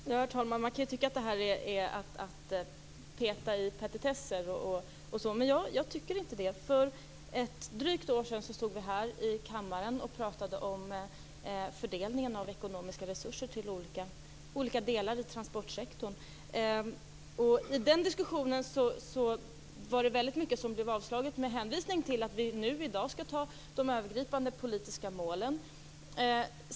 Herr talman! Man kan ju tycka att det här är att peta i petitesser. Men jag tycker inte det. För ett drygt år sedan pratade vi här i kammaren om fördelningen av ekonomiska resurser till olika delar i transportsektorn. I den diskussionen var det mycket som vi avslog med hänvisning till att vi nu i dag skall besluta om de övergripande politiska målen.